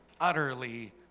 utterly